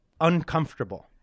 uncomfortable